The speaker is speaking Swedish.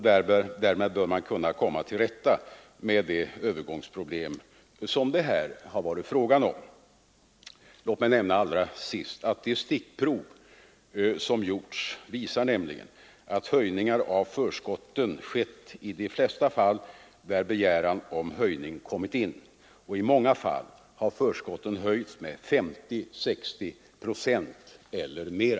Därmed bör man kunna komma till rätta med de övergångsproblem som det här har varit fråga om. Låt mig nämna allra sist att stickprov som gjorts visar att höjningar av förskotten skett i de flesta fall när begäran om höjning kommit in. I många fall har förskotten höjts med 50—60 procent eller mera.